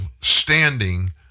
standing